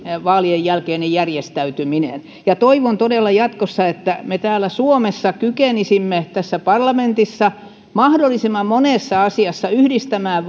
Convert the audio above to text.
vaalien jälkeinen järjestäytyminen toivon todella jatkossa että me täällä suomessa kykenisimme tässä parlamentissa mahdollisimman monessa asiassa yhdistämään